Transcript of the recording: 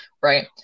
right